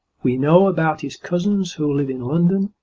we know about his cousins who live in london,